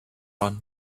village